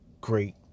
great